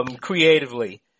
creatively